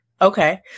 Okay